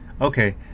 okay